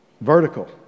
vertical